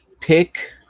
Pick